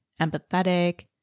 empathetic